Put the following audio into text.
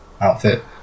outfit